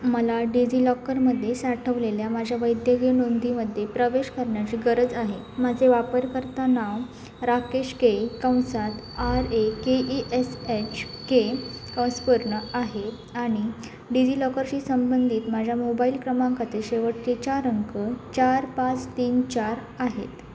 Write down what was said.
मला डिजि लॉकरमध्ये साठवलेल्या माझ्या वैद्यकीय नोंदीमध्ये प्रवेश करण्याची गरज आहे माझे वापरकर्ता नाव राकेश के कंसात R A K E S H K कंस पूर्ण आहे आणि डिजि लॉकरशी संबंधित माझ्या मोबाईल क्रमांकातील शेवटचे चार अंक चार पाच तीन चार आहेत